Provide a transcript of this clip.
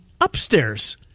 upstairs